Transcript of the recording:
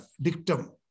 dictum